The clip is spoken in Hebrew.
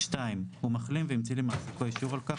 (2)הוא מחלים והמציא למעסיקו אישור על כך,